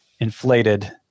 inflated